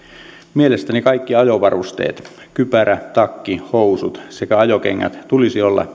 mielestäni kaikkien ajovarusteiden kypärä takki housut sekä ajokengät tulisi olla